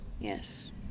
yes